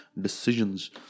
decisions